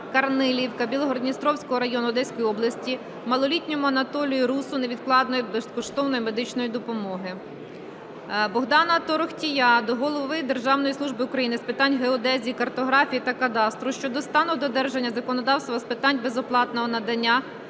Карналіївка Білгород-Дністровського району Одеської області, малолітньому Анатолію Руссу невідкладної безкоштовної медичної допомоги. Богдана Торохтія до Голови Державної служби України з питань геодезії, картографії та кадастру щодо стану додержання законодавства з питань безоплатного надання